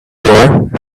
shop